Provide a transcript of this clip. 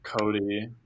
Cody